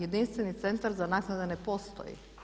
Jedinstveni centar za naknade ne postoji.